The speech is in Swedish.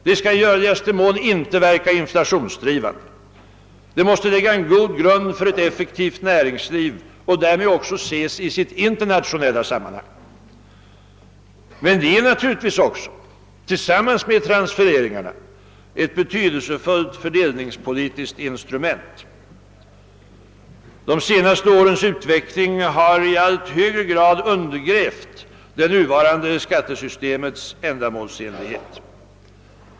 Det skall i görligaste mån inte verka inflationsdrivande, det måste lägga en god grund för ett effektivt näringsliv och därmed också ses i sitt internationella sammanhang. Men det är naturligtvis också — tillsammans med transfereringarna — ett betydelsefullt fördel ningspolitiskt instrument. De senaste årens utveckling har i allt högre grad undergrävt det nuvarande skattesystemets ändamålsenlighet.